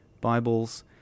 Bibles